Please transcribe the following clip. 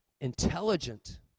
intelligent